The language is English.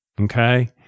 Okay